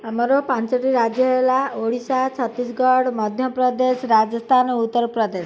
ଆମର ପାଞ୍ଚଟି ରାଜ୍ୟ ହେଲା ଓଡ଼ିଶା ଛତିଶଗଡ଼ ମଧ୍ୟପ୍ରଦେଶ ରାଜସ୍ଥାନ ଉତ୍ତରପ୍ରଦେଶ